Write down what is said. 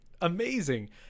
amazing